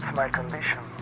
my condition.